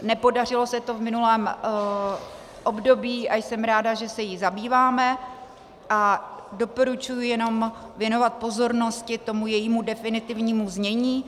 Nepodařilo se to v minulém období a jsem ráda, že se jí zabýváme, a doporučuji jenom věnovat pozornost tomu jejímu definitivnímu znění.